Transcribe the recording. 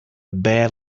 bad